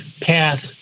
path